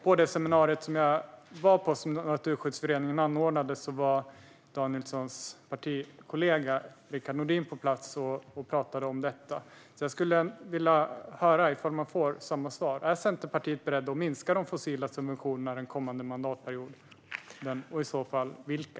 På det seminarium jag var på som Naturskyddsföreningen anordnade var Danielssons partikollega Rickard Nordin på plats och talade om detta. Jag skulle vilja höra ifall jag får samma svar. Är Centerpartiet berett att minska de fossila subventionerna den kommande mandatperioden och i så fall vilka?